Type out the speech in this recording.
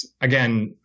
again